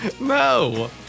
No